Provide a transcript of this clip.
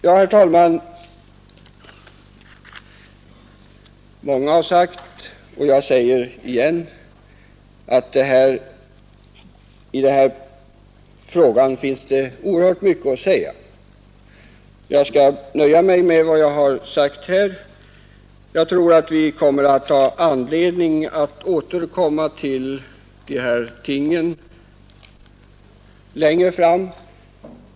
Ja, herr talman, många har sagt och jag säger det igen, att i denna fråga finns oerhört mycket att anföra. Jag skall dock nöja mig med vad jag nu har sagt. Vi kommer nog att få anledning att återkomma till dessa ting längre fram.